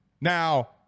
Now